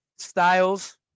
Styles